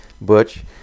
Butch